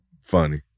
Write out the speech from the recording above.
funny